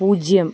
പൂജ്യം